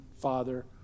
Father